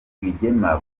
rwigema